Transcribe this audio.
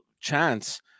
chance